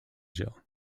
jill